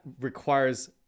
requires